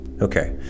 Okay